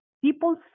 people